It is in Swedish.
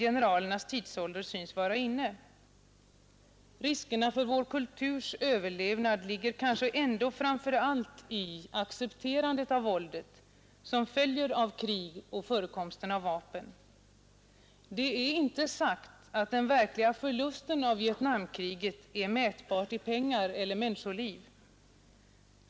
Generalernas tidsålder synes vara inne. Riskerna för vår kulturs överlevnad ligger kanske ändå framför allt i accepterandet av våldet som följer av krig och förekomsten av vapen. Det är inte sagt att den verkliga förlusten av Vietnamkriget är mätbar i pengar eller människoliv.